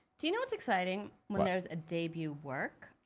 do you know what's exciting, when there's a debut work